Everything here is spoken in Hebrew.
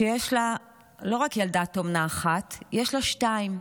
שיש לה לא רק ילדת אומנה אחת, יש לה שתיים.